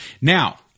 Now